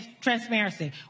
transparency